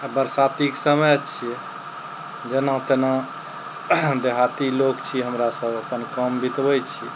आओर बरसातीक समय छियै जेना तेना देहाती लोक छी हमरा सब अपन काम बितबय छी